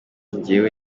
njyewe